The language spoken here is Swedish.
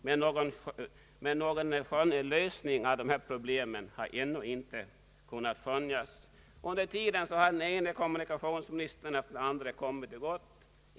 Men någon lösning på problemen har ännu inte kunnat skönjas. Under tiden har den ene kommunikationsministern efter den andre kommit och gått.